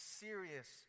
serious